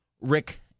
Rick